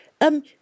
Um